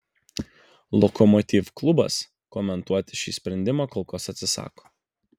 lokomotiv klubas komentuoti šį sprendimą kol kas atsisako